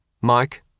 Mike